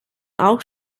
auch